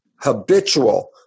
habitual